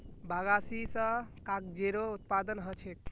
बगासी स कागजेरो उत्पादन ह छेक